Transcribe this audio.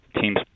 teams